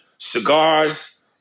cigars